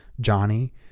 Johnny